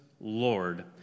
Lord